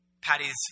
Patty's